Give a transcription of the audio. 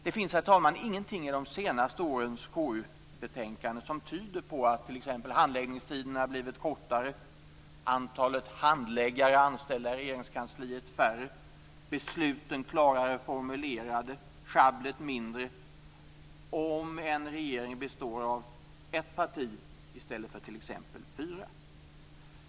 Det finns, herr talman, ingenting i de senaste årens KU-betänkanden som tyder på att t.ex. handläggningstiderna har blivit kortare, att antalet handläggare anställda i Regeringskansliet har blivit färre, att besluten har blivit klarare formulerade och sjabblet mindre om regeringen består av ett parti i stället för t.ex. fyra.